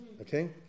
Okay